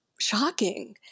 shocking